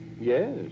Yes